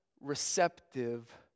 receptive